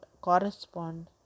correspond